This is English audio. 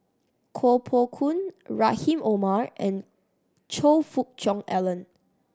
Koh Poh Koon Rahim Omar and Choe Fook Cheong Alan